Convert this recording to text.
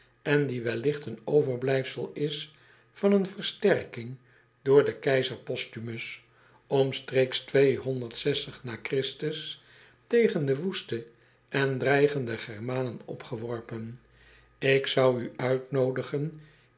en die welligt een overblijfsel is van een versterking door den keizer ostumus omstreeks n tegen de woeste en dreigende ermanen opgeworpen k zou u uitnoodigen